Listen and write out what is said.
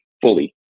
fully